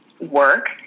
work